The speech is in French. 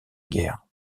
guerre